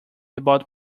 about